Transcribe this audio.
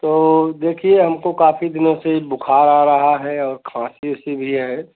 तो देखिए हमको काफी दिनों से बुखार आ रहा हे और खांसी उसी भी है